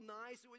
nice